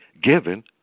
given